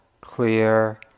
clear